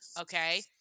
Okay